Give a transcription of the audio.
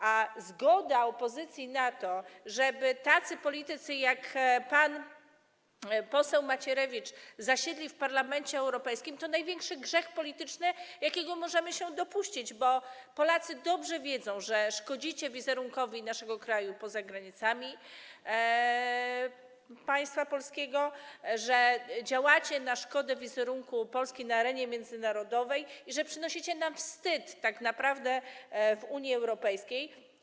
A zgoda opozycji na to, żeby tacy politycy, jak pan poseł Macierewicz, zasiedli w Parlamencie Europejskim, to największy grzech polityczny, jakiego możemy się dopuścić, bo Polacy dobrze wiedzą, że szkodzicie wizerunkowi naszego kraju poza granicami państwa polskiego, że działacie na szkodę wizerunku Polski na arenie międzynarodowej i że przynosicie nam tak naprawdę wstyd w Unii Europejskiej.